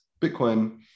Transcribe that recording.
Bitcoin